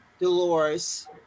Dolores